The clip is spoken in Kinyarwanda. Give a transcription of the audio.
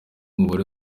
umubare